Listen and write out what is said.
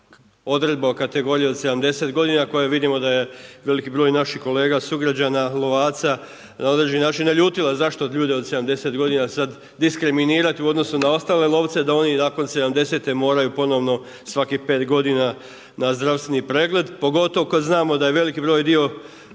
odredba o kategorija od 70 godina koju vidimo da je veliki broj naših kolega sugrađana lovaca na određeni način naljutila zašto ljude od 70 godina sada diskriminirati u odnosu na ostale lovce da oni nakon 70-te moraju ponovno svakih 5 godina na zdravstveni pregled, pogotovo kada znamo da je veliki broj